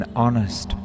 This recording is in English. honest